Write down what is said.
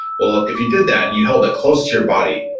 well, if you did that, and you held it close to your body,